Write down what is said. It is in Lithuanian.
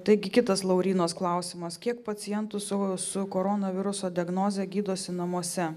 taigi kitas laurynos klausimas kiek pacientų su su koronaviruso diagnoze gydosi namuose